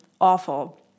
awful